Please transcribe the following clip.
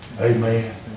Amen